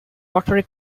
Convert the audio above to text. rotary